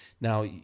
Now